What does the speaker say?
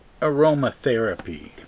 aromatherapy